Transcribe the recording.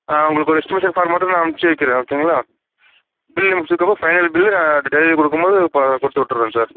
ஆ உங்களுக்கு ஒரு எஸ்டிமேஷன் ஃபார்மெட்டும் நான் அனுப்பிச்சு வைக்கிறேன் ஓகேங்களா பில்லு முடிச்சதுக்கு அப்புறம் ஃபைனல் பில்லு டெலிவரி கொடுக்கும்போது அப்போ கொடுத்துவுட்டுறேன் சார்